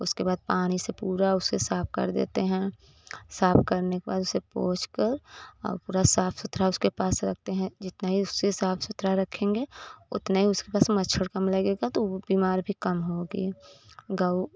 उसके बाद पानी से पूरा उसे साफ कर देते हैं साफ करने के बाद उसे पोंछ कर और पूरा साफ सुथरा उसके पास रखते हैं जितना ही उसे साफ सुथरा रखेंगे उतना ही उसके पास मच्छर कम लगेगा तो वो बीमार भी कम होगी गऊ